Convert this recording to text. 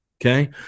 okay